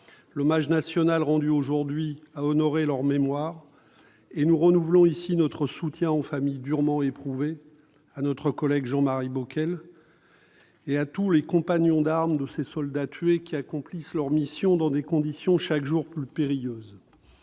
L'hommage national rendu aujourd'hui a honoré leur mémoire, et nous renouvelons notre soutien aux familles durement éprouvées, à notre collègue Jean-Marie Bockel, et à tous les compagnons d'armes de ces défunts soldats qui accomplissent leur mission dans des conditions chaque jour plus périlleuses.